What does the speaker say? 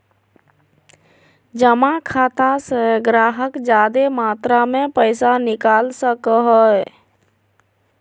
जमा खाता से गाहक जादे मात्रा मे पैसा निकाल सको हय